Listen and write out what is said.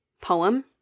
poem